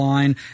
Line